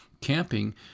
camping